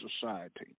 society